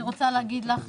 אני רוצה להגיד לך,